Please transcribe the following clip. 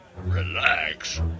Relax